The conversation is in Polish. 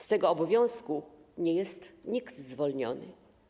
Z tego obowiązku nie jest nikt zwolniony.